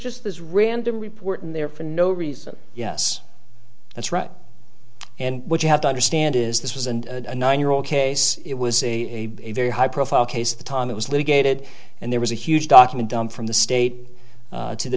just this random reporting there for no reason yes that's right and what you have to understand is this was and a nine year old case it was a very high profile case the time it was litigated and there was a huge document dump from the state to the